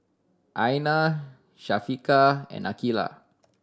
Aina Syafiqah and Aqilah